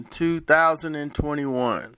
2021